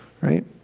right